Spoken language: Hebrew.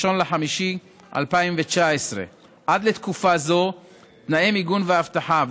1 במאי 2019. עד לתקופה זו תנאי מיגון ואבטחה,